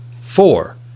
Four